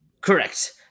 correct